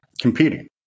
Competing